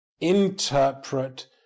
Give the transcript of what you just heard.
interpret